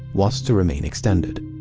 was to remain extended.